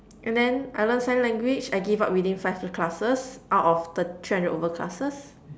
and then I learned sign language I gave up within five classes out of thir~ three hundred over classes